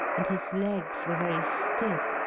and his legs were very stiff,